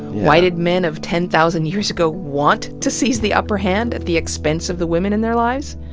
why did the men of ten thousand years ago want to se ize the upper hand at the expense of the women in their lives?